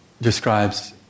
describes